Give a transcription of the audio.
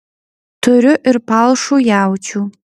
turiu ir palšų jaučių